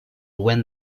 when